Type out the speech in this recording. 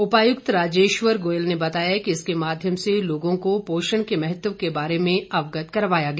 उपायुक्त राजेश्वर गोयल ने बताया कि इसके माध्यम से लोगों को पोषण के महत्व के बारे में अवगत करवाया गया